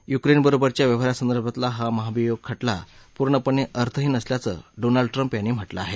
युक्रेनबरोबरच्या व्यवहारासंदर्भातला हा महाभियोग खटला पूर्णपणे अर्थहीन असल्याचं डोनाल्ड ट्रम्प यांनी म्हटलं आहे